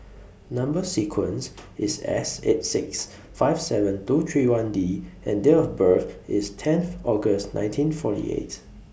Number sequence IS S eight six five seven two three one D and Date of birth IS tenth August nineteen forty eight